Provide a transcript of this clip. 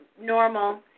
normal